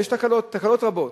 ויש תקלות רבות.